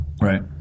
Right